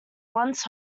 once